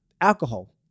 alcohol